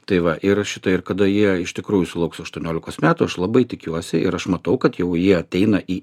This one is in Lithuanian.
tai va ir šita ir kada jie iš tikrųjų sulauks aštuoniolikos metų aš labai tikiuosi ir aš matau kad jau jie ateina į